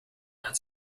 that